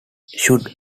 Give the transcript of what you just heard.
should